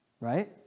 Right